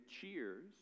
cheers